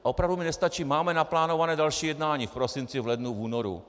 Opravdu mi nestačí: máme naplánované další jednání v prosinci, v lednu, v únoru.